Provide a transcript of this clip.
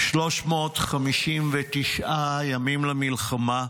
359 ימים למלחמה,